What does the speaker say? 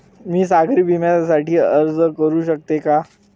मी सागरी विम्यासाठी अर्ज करू शकते का?